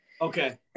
Okay